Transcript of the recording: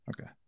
Okay